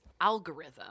algorithm